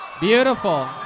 Beautiful